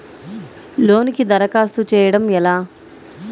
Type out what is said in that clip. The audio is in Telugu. లోనుకి దరఖాస్తు చేయడము ఎలా?